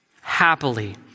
happily